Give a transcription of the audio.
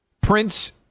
Prince